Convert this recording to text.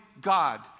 God